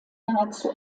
nahezu